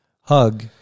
Hug